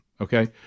Okay